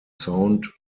sound